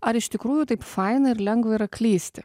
ar iš tikrųjų taip faina ir lengva yra klysti